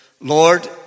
Lord